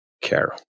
care